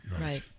right